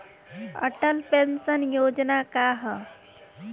Atal pension Yojana का ह?